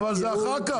אבל זה אחר כך.